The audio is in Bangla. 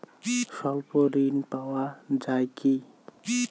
স্বল্প ঋণ পাওয়া য়ায় কি?